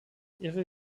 ihre